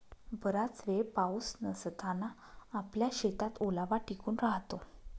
बराच वेळ पाऊस नसताना आपल्या शेतात ओलावा टिकून राहतो